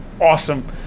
awesome